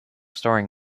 storing